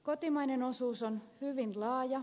kotimainen osuus on hyvin laaja